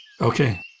Okay